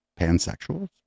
pansexuals